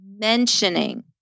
mentioning